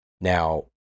now